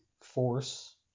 force